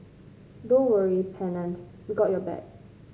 don't worry Pennant we got your back